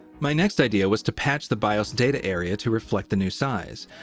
my next idea was to patch the bios data area to reflect the new size.